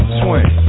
swing